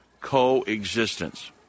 coexistence